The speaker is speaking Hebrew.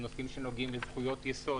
בנושאים שנוגעים לזכויות-יסוד,